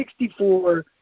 64